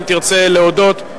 אם תרצה להודות,